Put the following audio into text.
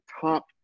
top